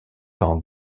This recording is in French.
quand